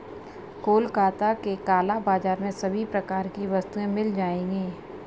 कोलकाता के काला बाजार में सभी प्रकार की वस्तुएं मिल जाएगी